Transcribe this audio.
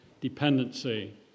Dependency